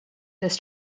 this